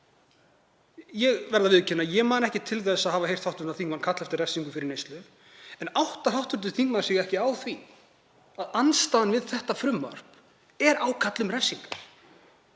Ég verð að viðurkenna að ég man ekki til þess að hafa heyrt hv. þingmann kalla eftir refsingu fyrir neyslu. En áttar hv. þingmaður sig ekki á því að andstaðan við þetta frumvarp er ákall um refsingar?